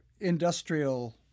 industrial